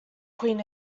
queen